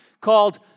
called